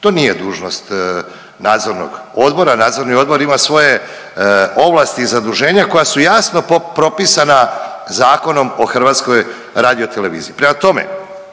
To nije dužnost nadzornog odbora. Nadzorni odbor ima svoje ovlasti i zaduženja koja su jasno propisana Zakonom o HRT-u. Prema tome, govoriti